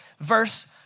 verse